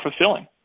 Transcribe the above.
fulfilling